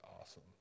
awesome